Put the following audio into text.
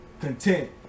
content